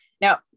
Now